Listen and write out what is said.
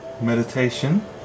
meditation